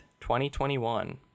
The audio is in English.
2021